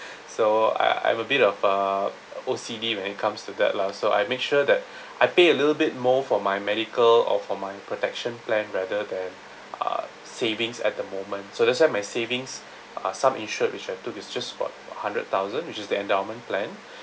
so I I have a bit of uh O_C_D when it comes to that lah so I make sure that I pay a little bit more for my medical or for my protection plan rather than uh savings at the moment so that's why my savings uh sum insured which I took it's just about hundred thousand which is the endowment plan